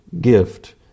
gift